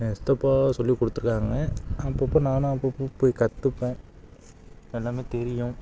எங்கள் சித்தப்பா சொல்லிக் கொடுத்துருக்காங்க அப்பப்போ நானும் அப்பப்போ போய் கற்றுப்பேன் எல்லாமே தெரியும்